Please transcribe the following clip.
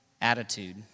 attitude